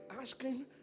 asking